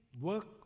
work